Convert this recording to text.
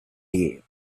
years